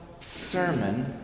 sermon